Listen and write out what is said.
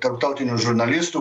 tarptautinių žurnalistų